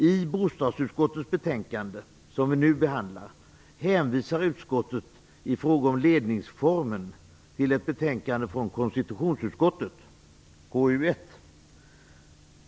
I bostadsutskottets betänkande, som vi nu behandlar, hänvisar utskottet i fråga om ledningsformen till ett betänkande från konstitutionsutskottet 1995/96:KU1.